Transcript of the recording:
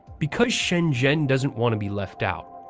because shenzhen doesn't want to be left out,